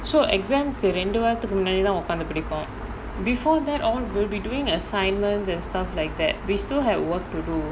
so exam கு ரெண்டு வாரத்துக்கு முன்னாடி தான் உக்காந்து படிப்போம்:ku rendu vaarathu munaadi thaan ukanthu padipom before that all we'll be doing assignments and stuff like that we still have work to do